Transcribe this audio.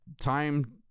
time